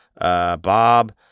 Bob